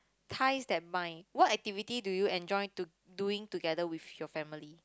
ties that bind what activity do you enjoy do~ doing together with your family